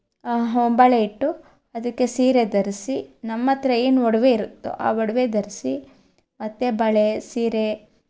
ಹೊಂಬಾಳೆ ಇಟ್ಟು ಅದಕ್ಕೆ ಸೀರೆ ಧರಿಸಿ ನಮ್ಮ ಹತ್ರ ಏನು ಒಡವೆ ಇರುತ್ತೊ ಆ ಒಡವೆ ಧರಿಸಿ ಮತ್ತು ಬಳೆ ಸೀರೆ